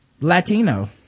latino